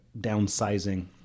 downsizing